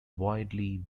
widely